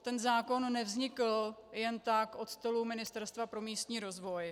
Ten zákon nevznikl jen tak od stolu Ministerstva pro místní rozvoj.